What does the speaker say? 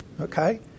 okay